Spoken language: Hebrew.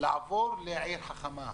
לעבור לעיר חכמה.